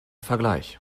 vergleich